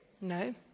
No